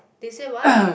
they say what